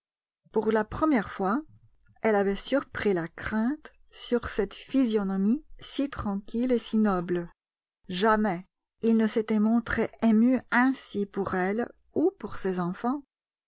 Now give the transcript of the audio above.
pour la première fois elle avait surpris la crainte sur cette physionomie si tranquille et si noble jamais il ne s'était montré ému ainsi pour elle ou pour ses enfants